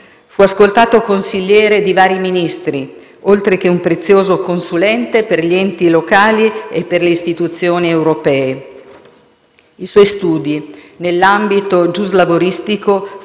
Fu ascoltato consigliere di vari Ministri, oltre che un prezioso consulente per gli enti locali e per le istituzioni europee. I suoi studi nell'ambito giuslavoristico